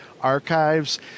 Archives